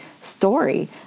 story